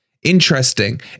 interesting